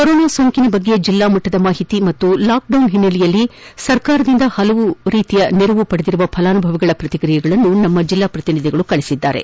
corona ಸೋಂಕು ಕುರಿತು ಜಿಲ್ಲಾಮಟ್ಟದ ಮಾಹಿತಿ ಮತ್ತು ಲಾಕ್ವೌನ್ ಹಿನ್ನೆಲೆಯಲ್ಲಿ ಸರ್ಕಾರದಿಂದ ಹಲವು ನೆರವು ಪಡೆದಿರುವ ಫಲಾನುಭವಿಗಳ ಪ್ರತಿಕ್ರಿಯೆಗಳನ್ನು ನಮ್ಮ ಜಿಲ್ಲಾ ಪ್ರತಿನಿಧಿಗಳು ಕಳಿಸಿದ್ದಾರೆ